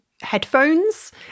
headphones